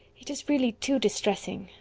it is really too distressing.